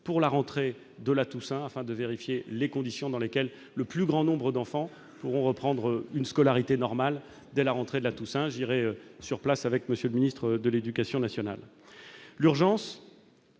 pour la rentrée de la Toussaint, afin de vérifier les conditions dans lesquelles le plus grand nombre d'enfants pourront reprendre une scolarité normale dès cette date. J'irai sur place avec M. le ministre de l'éducation nationale. L'urgence,